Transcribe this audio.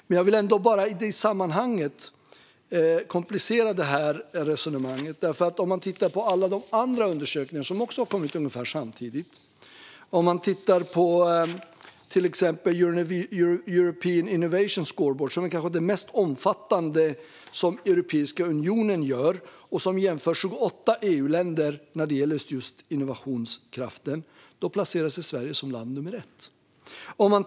Men jag vill komplicera resonemanget, för man kan titta på andra undersökningar som har kommit ungefär samtidigt. I till exempel European Innovation Scoreboard, som kanske är det mest omfattande som Europeiska unionen gör och där 28 EU-länder jämförs med avseende på just innovationskraft, placerar sig Sverige som land nummer ett.